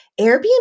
Airbnb